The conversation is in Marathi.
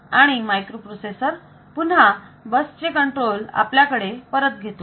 आणि मायक्रोप्रोसेसर पुन्हा बस चे कंट्रोल आपल्याकडे परत घेतो